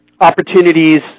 opportunities